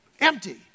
Empty